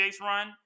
run